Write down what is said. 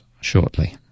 shortly